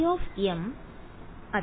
ϕ അതെ